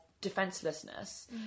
defenselessness